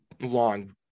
long